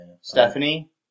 Stephanie